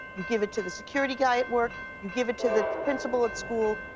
you give it to the security guy at work. you give it to the principal at school.